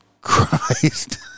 Christ